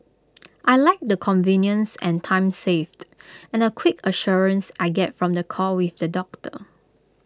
I Like the convenience and time saved and the quick assurance I get from the call with the doctor